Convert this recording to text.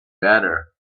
better